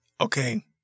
okay